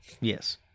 Yes